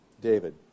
David